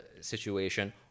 situation